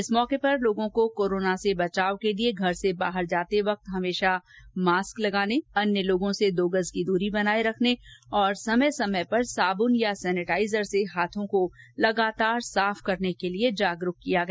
इस अवसर पर लोगों को कोरोना से बचाव के लिए घर से बाहर जाते वक्त हमेशा मास्क लगाने अन्य लोगों से दो गज की दूरी बनाए रखने तथा समय समय पर साबुन अथवा सैनिटाइजर से हाथों को लगातार साफ करने के लिए जागरूक किया गया